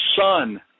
son